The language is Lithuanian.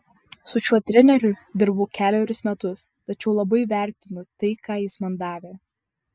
su šiuo treneriu dirbau kelerius metus tačiau labai vertinu tai ką jis man davė